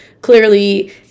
clearly